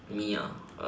me ah